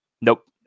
Nope